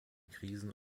krisen